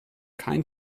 kein